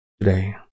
today